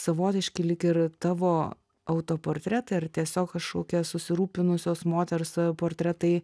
savotiški lyg ir tavo autoportretai ar tiesiog kažkokia susirūpinusios moters portretai